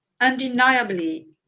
undeniably